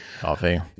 coffee